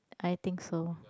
I think so